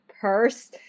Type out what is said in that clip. purse